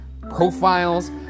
profiles